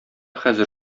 хәзер